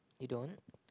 you don't